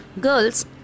Girls